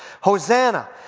Hosanna